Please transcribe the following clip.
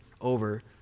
over